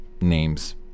names